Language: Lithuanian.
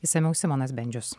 išsamiau simonas bendžius